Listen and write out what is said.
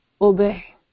obey